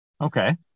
Okay